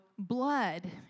Blood